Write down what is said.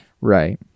Right